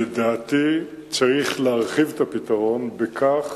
לדעתי, צריך להרחיב את הפתרון בכך